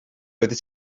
oeddet